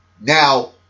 Now